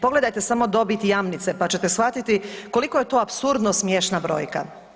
Pogledajte samo dobit Jamnice pa ćete shvatiti koliko je to apsurdno smiješna brojka.